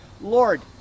lord